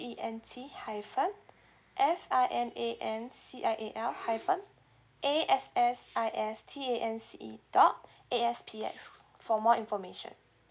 E N T hyphen F I N A N C I A L hyphen A S S I S T A N C E dot A S P X for more information